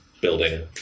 building